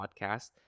podcast